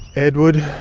edward,